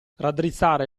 raddrizzare